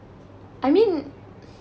I mean